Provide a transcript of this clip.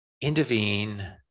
intervene